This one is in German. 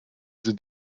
sind